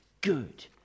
good